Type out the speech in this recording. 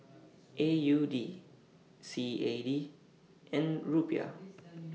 A U D C A D and Rupiah